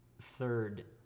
third